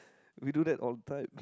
we do that all the time